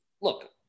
Look